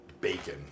Bacon